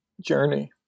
journey